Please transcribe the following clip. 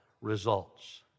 results